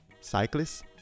Cyclists